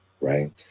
right